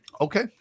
Okay